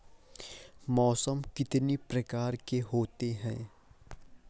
मौसम कितनी प्रकार के होते हैं?